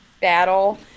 battle